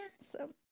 handsome